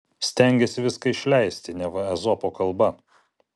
stengėsi viską išleisti neva ezopo kalba